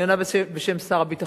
אני עונה בשם שר הביטחון,